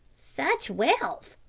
such wealth!